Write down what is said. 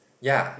ya